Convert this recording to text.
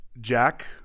Jack